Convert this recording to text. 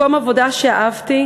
מקום עבודה שאהבתי.